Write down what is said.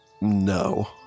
No